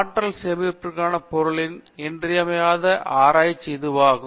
ஆற்றல் சேமிப்பிற்கான பொருட்களில் இன்றியமையாத ஆராய்ச்சி இதுவாகும்